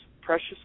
precious